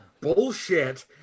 bullshit